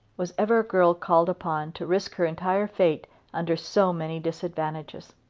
was ever a girl called upon to risk her entire fate under so many disadvantages?